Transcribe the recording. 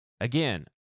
Again